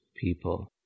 people